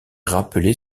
rappelé